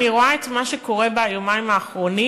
אני רואה את מה שקורה ביומיים האחרונים,